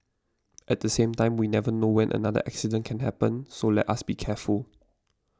at the same time we never know whether another accident can happen so let us be careful